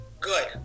good